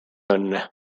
õnne